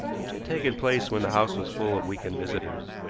which had taken place when the house was full of week-end visitors,